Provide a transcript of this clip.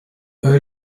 early